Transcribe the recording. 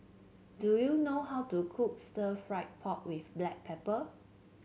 do you know how to cook Stir Fried Pork with Black Pepper